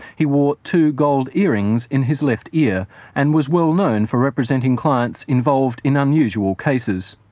he wore two gold earrings in his left ear and was well known for representing clients involved in unusual cases.